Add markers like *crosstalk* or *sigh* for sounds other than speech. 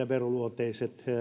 *unintelligible* veroluonteiset